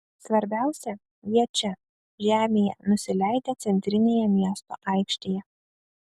svarbiausia jie čia žemėje nusileidę centrinėje miesto aikštėje